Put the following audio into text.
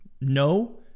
No